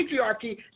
patriarchy